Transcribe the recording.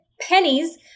pennies